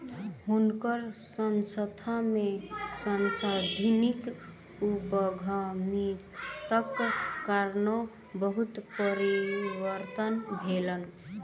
हुनकर संस्थान में सांस्थानिक उद्यमिताक कारणेँ बहुत परिवर्तन भेलैन